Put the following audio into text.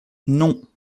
non